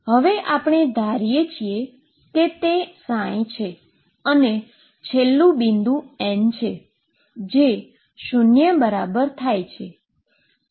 આપણે ધારીએ કે તે છે અને છેલ્લુ બિંદુ N કહીએ કે જે શુન્ય બરાબર થાય